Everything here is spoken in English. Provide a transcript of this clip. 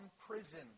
prison